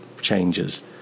changes